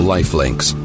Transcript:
Lifelinks